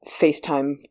facetime